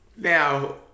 Now